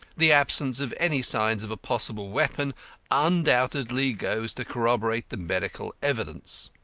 the absence of any signs of a possible weapon undoubtedly goes to corroborate the medical evidence.